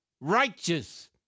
righteous